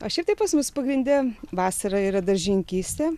o šiaip tai pas mus pagrinde vasara yra daržininkystė